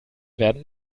werden